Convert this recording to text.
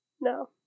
No